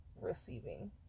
receiving